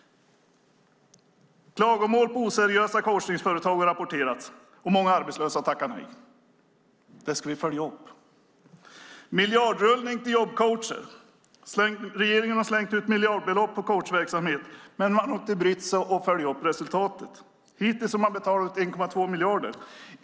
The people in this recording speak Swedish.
Klagomål på oseriösa coachningsföretag har rapporterats, och många arbetslösa tackar nej. Det ska vi följa upp, säger arbetsmarknadsministern. Miljardrullning till jobbcoacher - regeringen har slängt ut miljardbelopp på coachverksamhet, men man har inte brytt sig om att följa upp resultatet. Hittills har man betalat ut 1,2 miljarder.